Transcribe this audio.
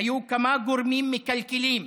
היו כמה גורמים מקלקלים,